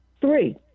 Three